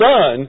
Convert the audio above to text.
Son